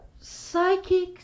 psychics